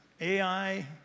Ai